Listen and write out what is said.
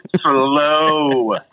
slow